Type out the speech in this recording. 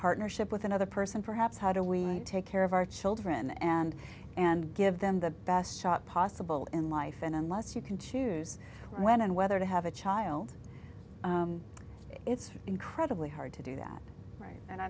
partnership with another person perhaps how do we take care of our children and and give them the best shot possible in life and unless you can choose when and whether to have a child it's incredibly hard to do that right and i